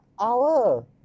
hour